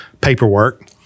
paperwork